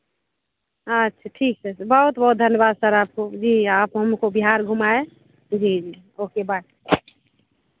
अच्छा ठीक है तो बहुत बहुत धन्यवाद सर आपको जी आप हमको बिहार घुमाए जी जी ओके बाय